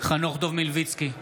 חנוך דב מלביצקי,